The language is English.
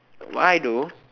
why though